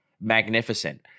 magnificent